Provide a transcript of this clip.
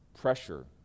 pressure